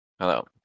Hello